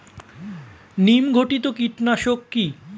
নিম ঘটিত কীটনাশক কি?